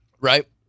Right